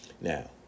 Now